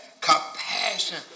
compassion